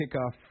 kickoff